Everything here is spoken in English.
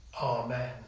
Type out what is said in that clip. Amen